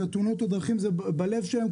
ותאונות הדרכים זה בלב שלהם,